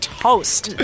toast